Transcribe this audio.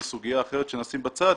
זו סוגיה אחרת שנשים אותה בצד,